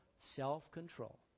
self-control